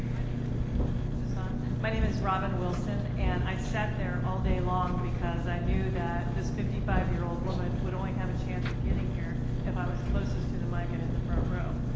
name is. is this on? my name is robin wilson and i sat there all day long because i knew that this fifty five year old woman would only have a chance of getting here if i was closest to the mic and in the front row.